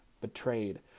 betrayed